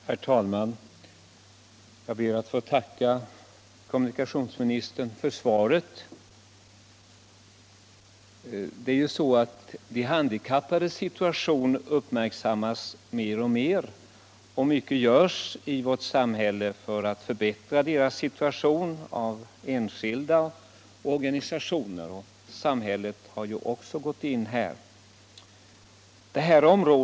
Herr talman! Jag ber att få tacka kommunikationsministern för svaret. De handikappades situation uppmärksammas mer och mer. Mycket görs av enskilda och organisationer i vårt samhälle för att förbättra deras situation, och samhället har ju också gjort insatser härvidlag.